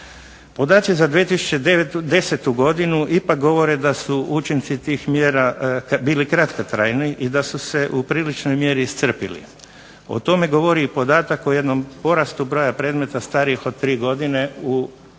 Podaci za 2010. godinu ipak govore da su učinci tih mjera bili kratkotrajni i da su se u priličnoj mjeri iscrpili. O tome govori i podatak o jednom porastu broja predmeta starijih od tri godine u građanskim